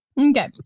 Okay